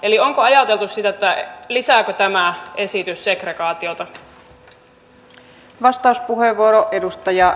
eli onko ajateltu sitä lisääkö tämä esitys segregaatiota